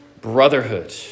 brotherhood